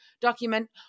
document